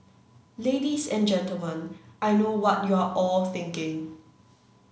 ladies and gentlemen I know what you're all thinking